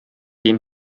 dem